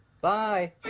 Bye